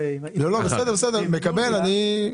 בסדר גמור, תודה.